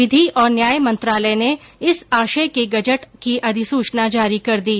विधि औरन्याय मंत्रालय ने इस आशय के गजट अधिसूचना जारी कर दी है